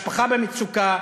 משפחה במצוקה,